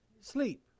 sleep